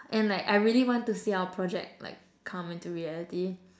and like I really wanna see our project like come into reality